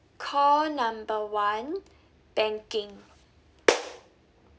call number one banking